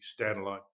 standalone